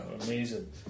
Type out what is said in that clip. Amazing